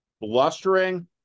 blustering